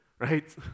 right